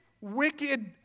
wicked